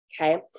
okay